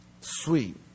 sweet